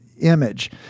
image